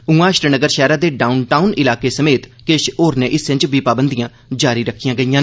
उआ श्रीनगर शैहरा दे डाउनटाउन इलाके समेत किश होरनें हिस्सें च पाबंधियां जारी रक्खियां गेईआं